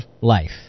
life